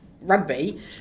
rugby